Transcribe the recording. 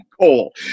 coal